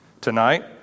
tonight